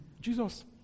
Jesus